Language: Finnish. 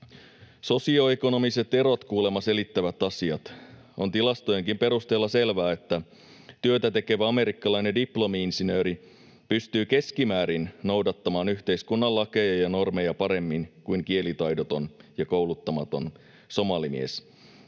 Sosioekonomiset erot kuulemma selittävät asiat. On tilastojenkin perusteella selvää, että työtätekevä amerikkalainen diplomi-insinööri pystyy keskimäärin noudattamaan yhteiskunnan lakeja ja normeja paremmin kuin kielitaidoton ja kouluttamaton somalimies.